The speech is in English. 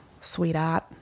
sweetheart